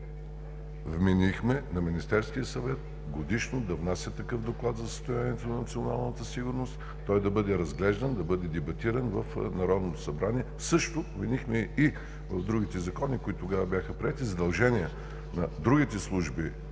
вменихме на Министерския съвет годишно да внася такъв доклад за състоянието на националната сигурност, той да бъде разглеждан, да бъде дебатиран в Народното събрание. Също вменихме и в другите закони, които тогава бяха приети, задължения на другите служби,